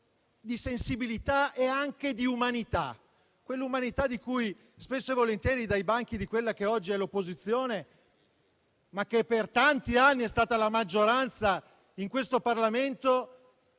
di sensibilità e anche di umanità; quell'umanità di cui, secondo la descrizione di chi siede sui banchi di quella che oggi è l'opposizione, ma che per tanti anni è stata la maggioranza in questo Parlamento,